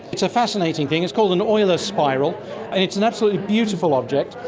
it's a fascinating thing, it's called an euler spiral and it's an absolutely beautiful object.